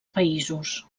països